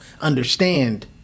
understand